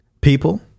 people